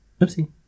Oopsie